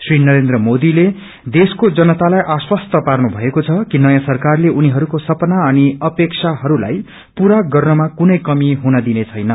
श्री नरेन्द्र मोदीले देशको जनातालाई आश्वास्त पार्नु भएको छ किक नयाँ सरकारले उनीहरूको सपना अनि अपेक्षाहरूलाई पुरा गर्नमा कुनै पनि कमी हुन दिने छैन